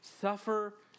suffer